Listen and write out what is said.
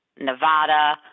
Nevada